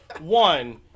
one